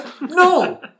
No